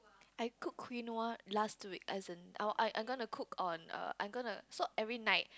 I cook quinoa last week as in I I going cook on err I gonna so every night